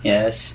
Yes